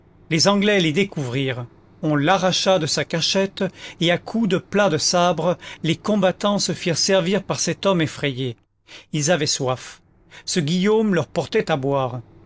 les anglais l'y découvrirent on l'arracha de sa cachette et à coups de plat de sabre les combattants se firent servir par cet homme effrayé ils avaient soif ce guillaume leur portait à boire